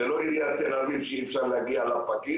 זו לא עיריית תל אביב שאי אפשר להגיע לפקיד,